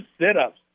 sit-ups